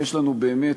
ויש לנו באמת,